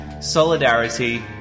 solidarity